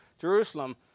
Jerusalem